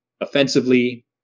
offensively